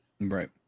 Right